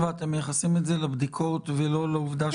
ואתם מייחסים את זה לבדיקות ולא לעובדה